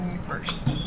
first